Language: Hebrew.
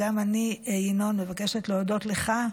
גם אני, ינון, מבקשת להודות לך.